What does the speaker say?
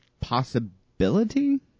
possibility